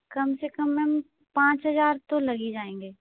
कम से कम मैम पाँच हज़ार तो लग ही जाएंगे